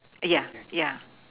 yeah yeah